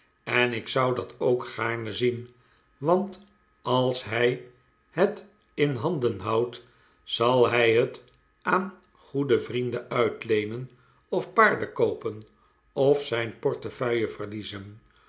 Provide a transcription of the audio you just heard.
en ik zou dat ook gaarne zien want als hij het in handen houdt zal hij het aan goede vrienden uitleenen of paarden koopen of zijn portefeuille verliezen